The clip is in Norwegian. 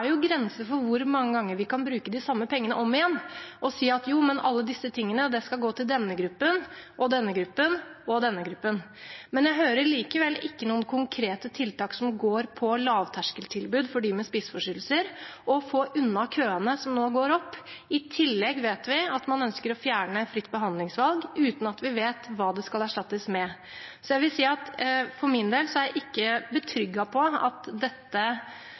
jo grenser for hvor mange ganger vi kan bruke de samme pengene om igjen – og si at alle disse tingene skal gå til denne gruppen og denne gruppen og denne gruppen. Men jeg hører likevel ikke noen konkrete tiltak som går på lavterskeltilbud for dem med spiseforstyrrelser, og på å få unna køene som nå øker. I tillegg vet vi at man ønsker å fjerne ordningen med fritt behandlingsvalg uten at vi vet hva det skal erstattes med. For min del er jeg ikke betrygget på at